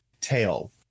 tail